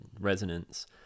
resonance